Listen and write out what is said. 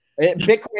Bitcoin